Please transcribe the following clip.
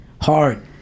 Hard